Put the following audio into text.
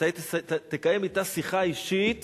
מתי תקיים אתה שיחה אישית